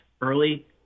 early